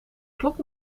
klok